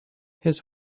his